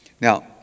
Now